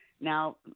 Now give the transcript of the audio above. Now